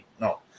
No